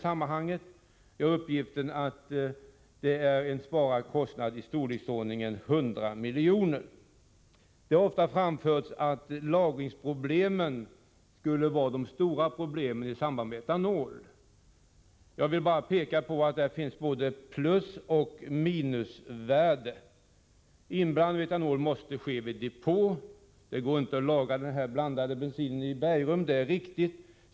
Jag har uppgiften att det innebär en kostnadsbesparing i storleksordningen 100 milj.kr. Det har ofta framförts att lagringen skulle vara det stora problemet med etanol. Jag vill bara peka på att det finns både plusoch minusvärden. Inblandning av etanol måste ske vid depå. Det går inte att lagra denna bensinblandning i bergrum — det är riktigt.